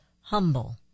Humble